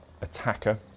attacker